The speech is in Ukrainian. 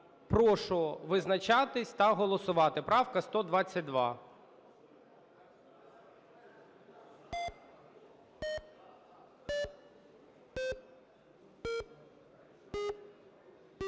Прошу визначатись та голосувати. Правка 122.